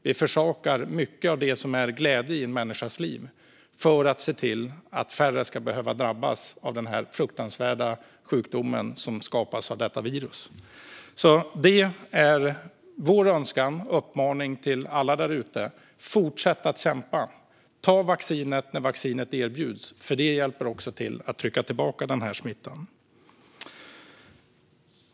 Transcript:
Vi försakar mycket av det som är glädje i en människas liv för att se till att färre ska behöva drabbas av den fruktansvärda sjukdomen som skapas av detta virus. Detta är vår önskan och uppmaning till alla där ute: Fortsätt att kämpa! Och ta vaccinet när vaccinet erbjuds, för det hjälper också till att trycka tillbaka smittan. Herr talman!